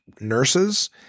nurses